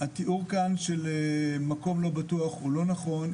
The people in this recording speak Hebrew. התיאור כאן של מקום לא בטוח הוא לא נכון,